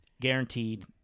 Guaranteed